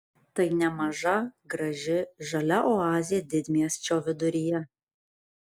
tai nemaža graži žalia oazė didmiesčio viduryje